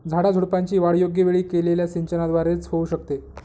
झाडाझुडपांची वाढ योग्य वेळी केलेल्या सिंचनाद्वारे च होऊ शकते